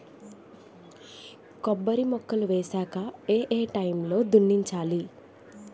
కొబ్బరి మొక్కలు వేసాక ఏ ఏ టైమ్ లో దున్నించాలి?